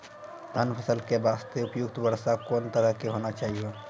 धान फसल के बास्ते उपयुक्त वर्षा कोन तरह के होना चाहियो?